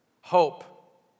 Hope